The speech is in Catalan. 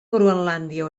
groenlàndia